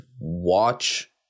watch –